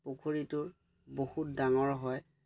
পুখুৰীটো বহুত ডাঙৰ হয়